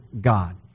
God